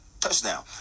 touchdown